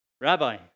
Rabbi